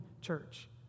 church